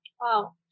Wow